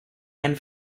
and